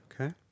Okay